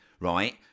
right